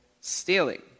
stealing